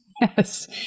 Yes